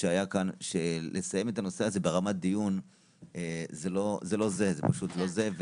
שלא יכולים לפתוח בחקירה אם המתלוננת -- זה לא יעזור אם